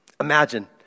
Imagine